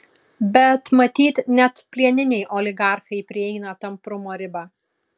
bet matyt net plieniniai oligarchai prieina tamprumo ribą